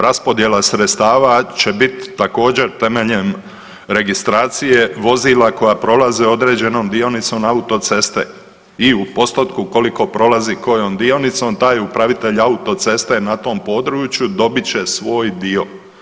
Raspodjela sredstava će biti također, temeljem registracije vozila koja prolaze određenom dionicom autoceste i u postotku koliko prolazi kojom dionicom, taj upravitelj autoceste na tom području dobit će svoj dio.